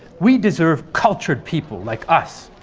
we deserve cultured people like us.